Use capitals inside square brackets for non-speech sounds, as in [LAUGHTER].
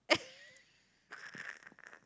[LAUGHS]